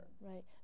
Right